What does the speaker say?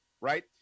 right